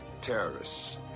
Terrorists